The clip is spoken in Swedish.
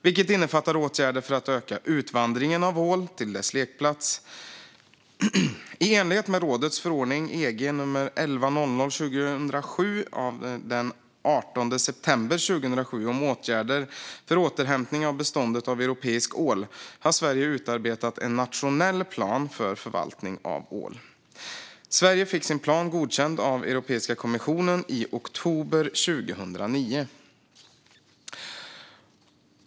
Det innefattar åtgärder för att öka utvandringen av ål till dess lekplats. I enlighet med rådets förordning 1100/2007 av den 18 september 2007 om åtgärder för återhämtning av beståndet av europeisk ål har Sverige utarbetat en nationell plan för förvaltning av ål. Sverige fick sin plan godkänd av Europeiska kommissionen i oktober 2009.